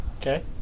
Okay